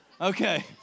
Okay